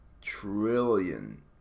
Trillion